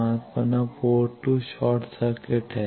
माफ करना port 2 short circuit है